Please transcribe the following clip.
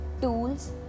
tools